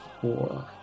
Four